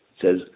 says